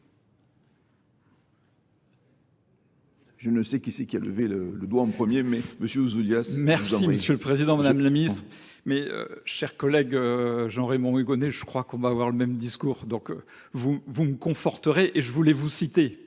Je ne sais qui c'est qui a levé le doigt en premier, mais monsieur Zoulias... Merci monsieur le Président, madame la Ministre, mes chers collègues, Jean Raymond Hugonet, je crois qu'on va avoir le même discours, donc vous me conforterez, et je voulais vous citer